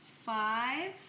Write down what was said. five